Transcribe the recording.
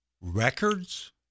Records